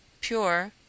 pure—